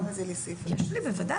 יש לי, בוודאי.